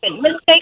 Mistakes